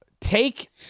take